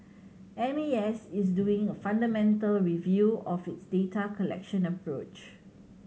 M A S is doing a fundamental review of its data collection approach